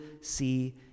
see